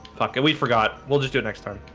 fuck it we forgot. we'll just do it next time